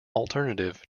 alternative